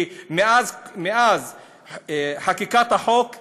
כי מאז חקיקת החוק הזה,